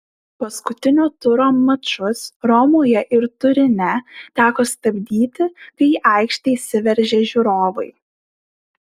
paskutinio turo mačus romoje ir turine teko stabdyti kai į aikštę įsiveržė žiūrovai